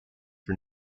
for